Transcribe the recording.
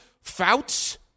Fouts